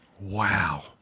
Wow